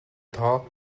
тоо